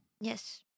Yes